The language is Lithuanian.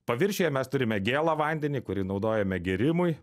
paviršiuje mes turime gėlą vandenį kurį naudojame gėrimui